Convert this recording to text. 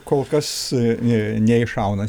kol kas nė neiššauna